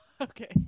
Okay